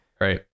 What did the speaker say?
Right